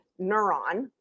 neuron